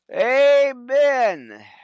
Amen